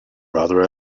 rather